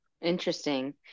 Interesting